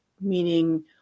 meaning